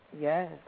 Yes